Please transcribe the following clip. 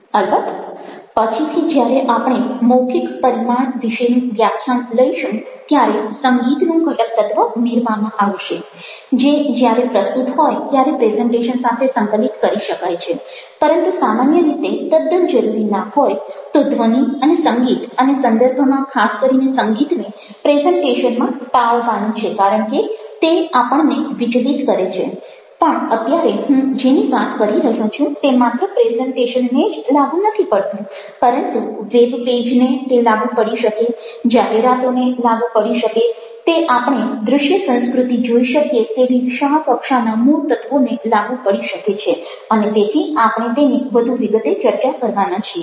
અલબત્ત પછીથી જ્યારે આપણે મૌખિક પરિમાણ વિશેનું વ્યાખ્યાન લઈશું ત્યારે સંગીતનું ઘટક તત્વ ઉમેરવામાં આવશે જે જ્યારે પ્રસ્તુત હોય ત્યારે પ્રેઝન્ટેશન સાથે સંકલિત કરી શકાય છે પરંતુ સામાન્ય રીતે તદ્દન જરૂરી ના હોય તો ધ્વનિ અને સંગીત અને સંદર્ભમાં ખાસ કરીને સંગીતને પ્રેઝન્ટેશનમાં ટાળવાનું છે કારણ કે તે આપણને વિચલિત કરે છે પણ અત્યારે હું જેની વાત કરી રહ્યો છું તે માત્ર પ્રેઝન્ટેશનને જ લાગુ નથી પડતું પરંતુ વેબ પેજ ને તે લાગુ પડી શકે જાહેરાતોને લાગુ પડી શકે તે આપણે દ્રશ્ય સંસ્કૃતિમાં જોઈ શકીએ તેવી વિશાળ કક્ષાના મૂળ તત્વો ને લાગુ પડી શકે છે અને તેથી આપણે તેની વધુ વિગતે ચર્ચા કરવાના છીએ